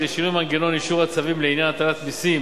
כי לשינוי מנגנון אישור הצווים לעניין הטלת מסים